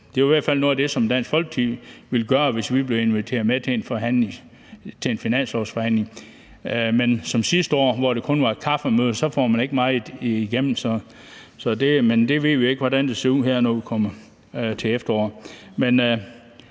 Det var i hvert fald noget af det, som Dansk Folkeparti ville gøre, hvis vi blev inviteret med til en finanslovsforhandling. Men hvis det bliver som sidste år, hvor det kun var et kaffemøde, så får man ikke meget igennem. Men vi ved ikke, hvordan det ser ud her, når vi kommer til efteråret.